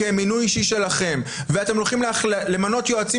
כי הם מינוי אישי שלכם ואתם הולכים למנות יועצים